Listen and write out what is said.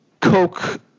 Coke